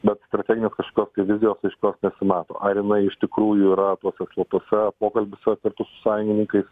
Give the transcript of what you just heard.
bet strateginės kažkokios tai vizijos aiškios nesimato ar jinai iš tikrųjų yra tuose slaptuose pokalbiuose su sąjungininkais